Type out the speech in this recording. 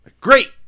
Great